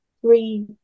three